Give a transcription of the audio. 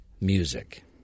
music